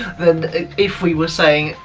than if we were saying,